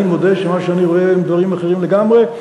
אני מודה שמה שאני רואה הם דברים אחרים לגמרי,